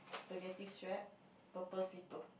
spaghetti strap purple slipper